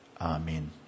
Amen